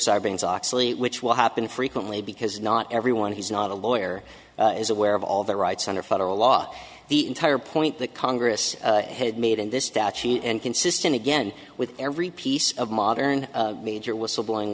sarbanes oxley which will happen frequently because not everyone who's not a lawyer is aware of all their rights under federal law the entire point that congress has made in this statute and consistent again with every piece of modern major whistleblowing